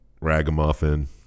ragamuffin